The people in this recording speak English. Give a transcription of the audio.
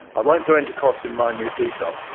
i won't go into costs in minute detail,